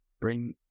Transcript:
bring